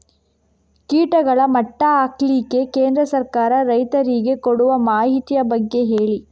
ಕೀಟಗಳ ಮಟ್ಟ ಹಾಕ್ಲಿಕ್ಕೆ ಕೇಂದ್ರ ಸರ್ಕಾರ ರೈತರಿಗೆ ಕೊಡುವ ಮಾಹಿತಿಯ ಬಗ್ಗೆ ಹೇಳಿ